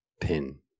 pin